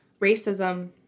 racism